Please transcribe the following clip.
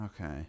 Okay